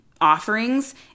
offerings